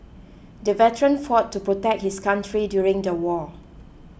the veteran fought to protect his country during the war